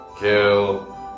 Kill